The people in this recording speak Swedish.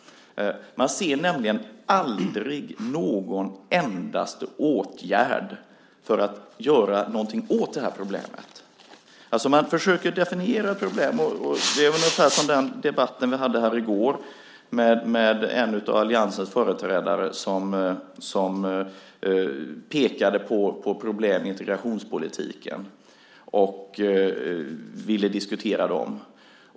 Man ser nämligen aldrig någon endaste åtgärd för att göra någonting åt problemet. Man försöker definiera problem. I går hade vi en debatt med en av alliansens företrädare som pekade på problem i integrationspolitiken och ville diskutera dem.